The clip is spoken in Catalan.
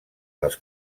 dels